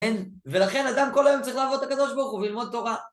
כן, ולכן אדם כל היום צריך לעבוד את הקדוש ברוך הוא וללמוד תורה.